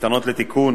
הניתנות לתיקון,